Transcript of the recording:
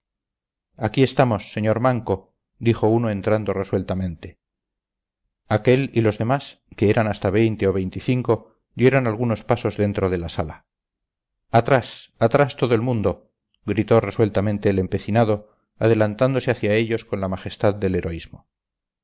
aquí aquí estamos señor manco dijo uno entrando resueltamente aquel y los demás que eran hasta veinte o veinticinco dieron algunos pasos dentro de la sala atrás atrás todo el mundo gritó resueltamente el empecinado adelantándose hacia ellos con la majestad del heroísmo